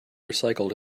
recycled